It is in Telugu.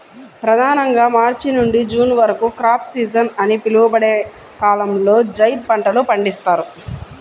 ప్రధానంగా మార్చి నుండి జూన్ వరకు క్రాప్ సీజన్ అని పిలువబడే కాలంలో జైద్ పంటలు పండిస్తారు